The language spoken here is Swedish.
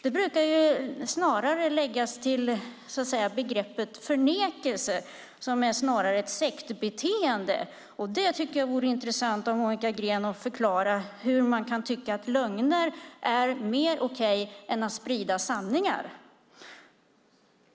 Det brukar läggas till begreppet förnekelse, som snarare är ett sektbeteende. Det vore intressant om Monica Green förklarade hur man kan tycka att lögner är mer okej att sprida än sanningar.